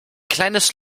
kleines